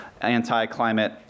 anti-climate